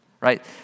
Right